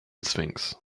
sphinx